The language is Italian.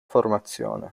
formazione